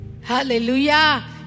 Hallelujah